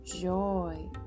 joy